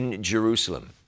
Jerusalem